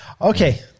Okay